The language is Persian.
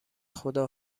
خدا